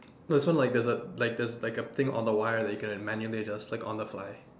no so like there is a like there is a thing on the wire that you can manually adjust like on the fly